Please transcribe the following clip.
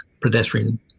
pedestrian